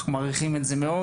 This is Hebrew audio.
אנחנו מעריכים את זה מאוד.